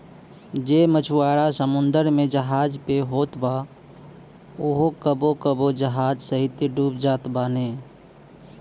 जे मछुआरा समुंदर में जहाज पे होत बा उहो कबो कबो जहाज सहिते डूब जात बाने